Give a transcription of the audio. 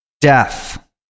Death